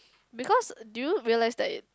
because do you realise that it